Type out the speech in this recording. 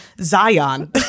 Zion